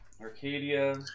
Arcadia